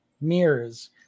mirrors